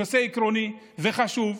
הנושא עקרוני וחשוב.